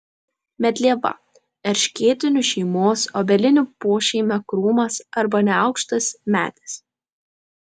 medlieva erškėtinių šeimos obelinių pošeimio krūmas arba neaukštas medis